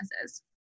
businesses